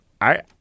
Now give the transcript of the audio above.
I-